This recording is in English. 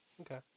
Okay